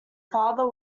father